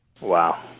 Wow